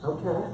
Okay